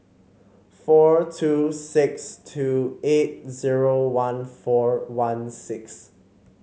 four two six two eight zero one four one six